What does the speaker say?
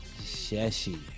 Shashi